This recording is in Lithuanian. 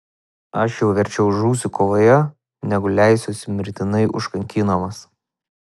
aš jau verčiau žūsiu kovoje negu leisiuosi mirtinai užkankinamas